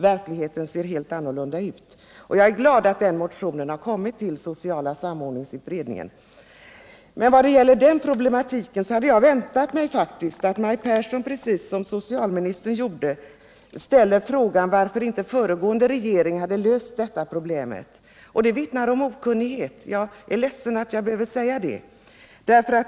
Verkligheten ser helt annorlunda ut. Jag är glad att den motionen överlämnats till socialpolitiska samordningsutredningen. Vad gäller problematiken om retroaktiv ersättning hade jag faktiskt väntat mig att Maj Pehrsson skulle ställa frågan — precis som socialministern gjorde i interpellationsdebatten — varför inte den föregående regeringen hade löst detta problem. Det vittnar om okunnighet. Jag är ledsen att behöva säga det.